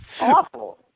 Awful